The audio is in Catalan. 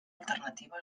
alternativa